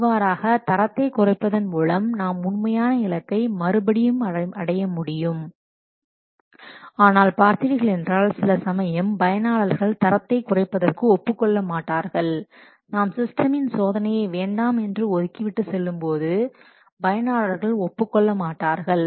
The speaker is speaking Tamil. இவ்வாறாக தரத்தை குறைப்பதன் மூலம் நாம் உண்மையான இலக்கை மறுபடி அடைய முடியும் ஆனால் பார்த்தீர்களென்றால் சில சமயம் பயனாளர்கள் தரத்தை குறைப்பதற்கு ஒப்புக் கொள்ள மாட்டார்கள் நாம் சிஸ்டமின் சோதனையை வேண்டாம் என்று ஒதுக்கிவிட்டு செல்லும்போது பயனாளர்கள் ஒப்புக்கொள்ள மாட்டார்கள்